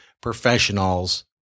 professionals